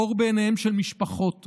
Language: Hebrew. אור בעיניהן של משפחות רבות.